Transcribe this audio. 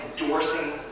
endorsing